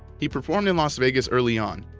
he performed in las vegas early on,